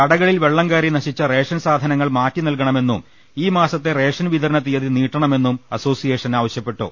കടകളിൽ വെള്ളം കയറി നശിച്ച റേഷൻ സാധനങ്ങൾ മാറ്റി നൽകണമെന്നും ഈ മാസത്തെ റേഷൻ വിതരണ തിയ്യതി നീട്ടണമെന്നും അസോസിയേഷൻ ആവശ്യ പ്പെട്ടു